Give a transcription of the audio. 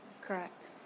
Correct